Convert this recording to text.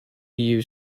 you